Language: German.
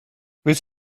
willst